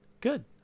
good